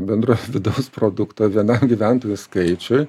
bendro vidaus produkto vienam gyventojui skaičiui